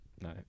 No